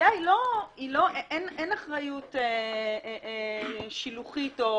ולכלבייה אין אחריות שילוחית או